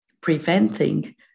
preventing